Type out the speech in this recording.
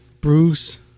Bruce